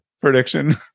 prediction